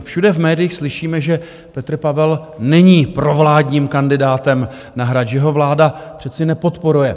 Všude v médiích slyšíme, že Petr Pavel není provládním kandidátem na Hrad, že ho vláda přece nepodporuje.